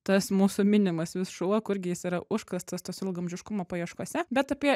tas mūsų minimas vis šuo kur gi jis yra užkastas ilgaamžiškumo paieškose bet apie